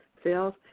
sales